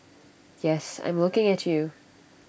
yes I'm looking at you